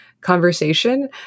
conversation